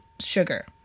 sugar